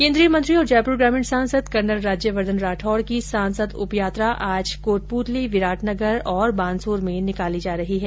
केन्द्रीय मंत्री और जयपुर ग्रामीण सांसद कर्नल राज्यवर्द्वन राठौड की सांसद उप यात्रा आज कोटप्तली विराटनगर और बानसूर में निकाली जा रही है